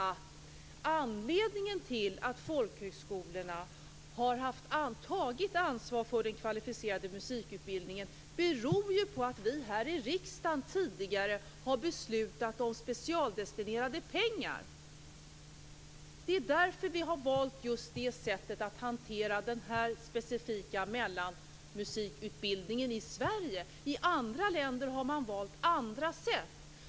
Anledningen till att folkhögskolorna har tagit ansvar för den kvalificerade musikutbildningen är att vi här i riksdagen tidigare har beslutat om specialdestinerade pengar. Det är därför vi har valt just det sättet att hantera den här specifika mellanmusikutbildningen i Sverige. I andra länder har man valt andra sätt.